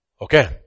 Okay